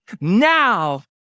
Now